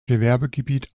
gewerbegebiet